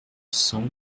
cents